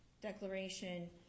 declaration